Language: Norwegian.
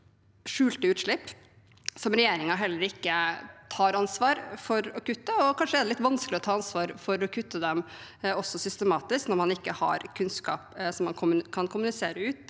«skjulte» utslipp, som regjeringen heller ikke tar ansvar for å kutte. Kanskje er det også litt vanskelig å ta ansvar for å kutte dem systematisk når man ikke har kunnskap som man kan kommunisere ut,